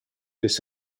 this